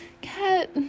Cat